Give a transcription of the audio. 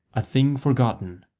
a thing forgotten,